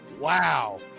wow